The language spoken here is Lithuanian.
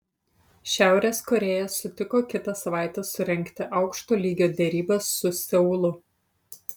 šiaurės korėja sutiko kitą savaitę surengti aukšto lygio derybas su seulu